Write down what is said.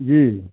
जी